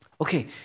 Okay